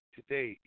Today